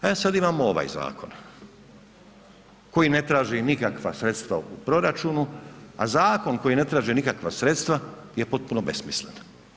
E sad imamo ovaj zakon koji ne traži nikakva sredstva u proračunu a zakon koji ne traži nikakva sredstva je potpuno besmislen.